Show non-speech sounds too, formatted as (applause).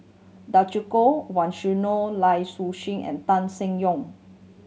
Djoko (unintelligible) Lai Su (unintelligible) and Tan Seng Yong